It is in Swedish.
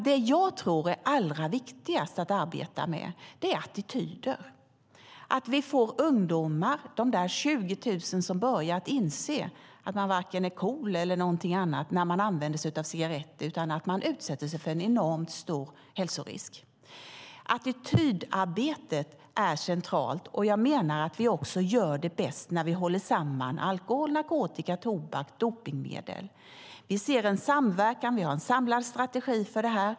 Det jag tror är allra viktigast att arbeta med är attityder, att få de 20 000 ungdomarna som börjar röka att inse att man varken är cool eller någonting annat när man använder sig av cigaretter utan utsätter sig för en enormt stor hälsorisk. Attitydarbetet är centralt, och jag menar att vi också gör det bäst när vi håller samman alkohol, narkotika, tobak och dopningsmedel. Vi ser en samverkan, och vi har en samlad strategi för det.